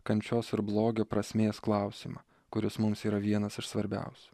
kančios ir blogio prasmės klausimą kuris mums yra vienas iš svarbiausių